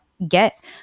get